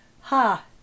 ha